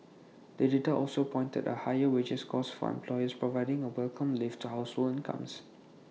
the data also pointed to higher wages costs for employers providing A welcome lift to household incomes